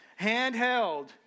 handheld